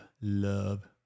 love